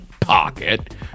Pocket